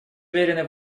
уверены